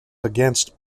against